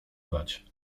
wać